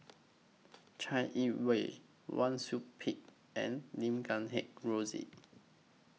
Chai Yee Wei Wang Sui Pick and Lim Guat Kheng Rosie